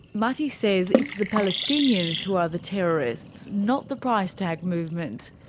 mati says it's the palestinians who are the terrorists, not the price tag movement.